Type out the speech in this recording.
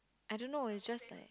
I don't know its just like